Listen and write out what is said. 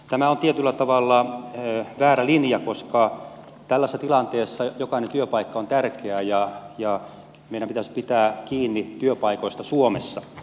tämä on tietyllä tavalla väärä linja koska tällaisessa tilanteessa jokainen työpaikka on tärkeä ja meidän pitäisi pitää kiinni työpaikoista suomessa